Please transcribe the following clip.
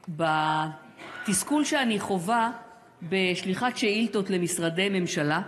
בתסכול שאני חווה בשליחת שאילתות למשרדי ממשלה.